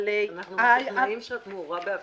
אנחנו משוכנעים שאת מעורה בכול.